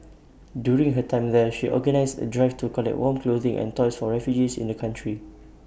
during her time there she organised A drive to collect warm clothing and toys for refugees in the country